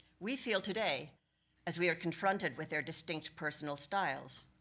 we feel today as we are confronted with their distinct personal styles.